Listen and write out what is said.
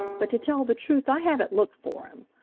but to tell the truth i haven't looked for him.